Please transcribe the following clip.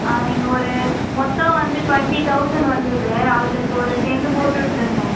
ஆ நீங்கள் ஒரு மொத்தம் வந்து டுவெண்ட்டி தௌசண்ட் வந்தது அதில் இப்போ ஒரு டென் போட்டுவிட்டுருங்களேன்